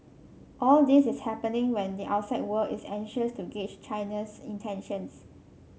all this is happening when the outside world is anxious to gauge China's intentions